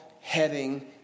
Heading